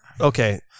Okay